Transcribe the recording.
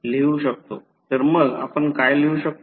तर मग आपण काय लिहू शकतो